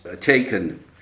taken